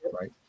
right